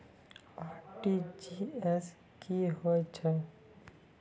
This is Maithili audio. आर.टी.जी.एस की होय छै?